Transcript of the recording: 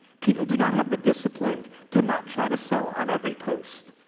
people do not have the discipline to not try to sell on every post.